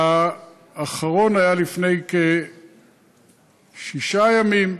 והאחרון היה לפני כשישה ימים,